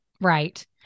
Right